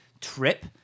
trip